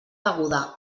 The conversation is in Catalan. deguda